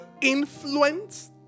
influence